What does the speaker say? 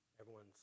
Everyone's